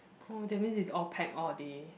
oh that means it's all pack all day